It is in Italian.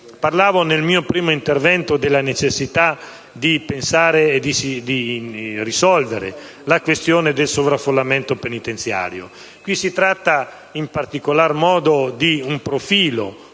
corso del mio primo intervento ho parlato della necessità di pensare di risolvere la questione del sovraffollamento penitenziario. Si tratta, in particolar modo, di un profilo